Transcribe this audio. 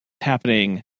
happening